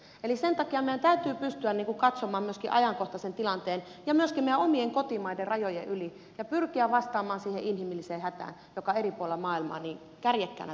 sen takia meidän täytyy pystyä katsomaan myöskin ajankohtaisen tilanteen ja myöskin meidän omien kotimaidemme rajojen yli ja pyrkiä vastaamaan siihen inhimilliseen hätään joka eri puolilla maailmaa niin kärjekkäänä tulee vastaan